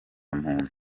muntu